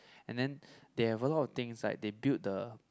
and then they have a lot of things like they build the